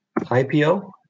IPO